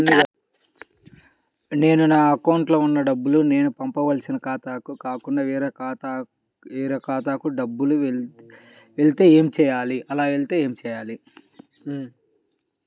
నేను నా అకౌంట్లో వున్న డబ్బులు నేను పంపవలసిన ఖాతాకి కాకుండా వేరే ఖాతాకు డబ్బులు వెళ్తే ఏంచేయాలి? అలా వెళ్తాయా?